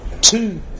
Two